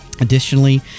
Additionally